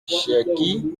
cherki